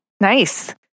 Nice